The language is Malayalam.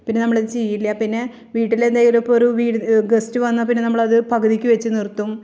പിന്നെ നമ്മൾ ഇത് ചെയ്യില്ല പിന്നെ വീട്ടിൽ എന്തെങ്കിലുമൊക്കെ ഇപ്പം ഒരു വീട് ഗെസ്റ്റ് വന്നാൽ പിന്നെ നമ്മൾ ഇത് പകുതിക്ക് വച്ച് നിർത്തും